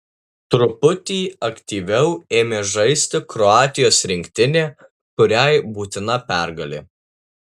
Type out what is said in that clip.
truputį aktyviau ėmė žaisti kroatijos rinktinė kuriai būtina pergalė